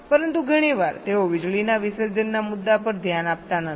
પરંતુ ઘણીવાર તેઓ વીજળીના વિસર્જનના મુદ્દા પર ધ્યાન આપતા નથી